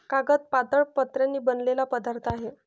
कागद पातळ पत्र्यांनी बनलेला पदार्थ आहे